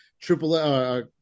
triple –